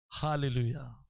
Hallelujah